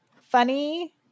funny